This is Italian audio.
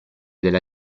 della